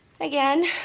again